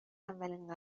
اولین